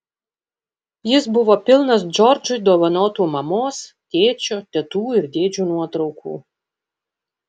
jis buvo pilnas džordžui dovanotų mamos tėčio tetų ir dėdžių nuotraukų